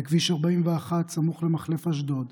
בכביש 41 סמוך למחלף אשדוד.